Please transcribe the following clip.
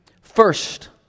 First